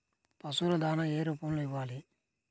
పశువుల దాణా ఏ రూపంలో ఇవ్వాలి?